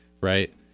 right